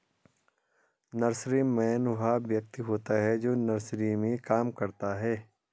nurseryman वह व्यक्ति होता है जो नर्सरी में काम करता है